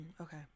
okay